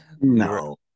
no